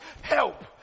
help